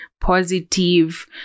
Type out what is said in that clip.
positive